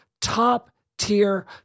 top-tier